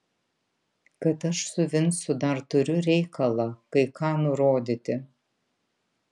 kad aš su vincu dar turiu reikalą kai ką nurodyti